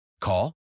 Call